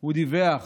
הוא דיווח